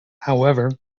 however